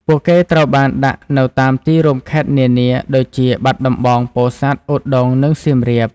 ពួកគេត្រូវបានដាក់នៅតាមទីរួមខេត្តនានាដូចជាបាត់ដំបង ពោធិ៍សាត់ ឧដុង្គ និងសៀមរាប។